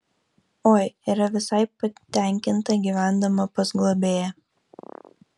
oi yra visai patenkinta gyvendama pas globėją